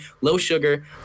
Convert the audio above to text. low-sugar